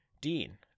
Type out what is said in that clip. Dean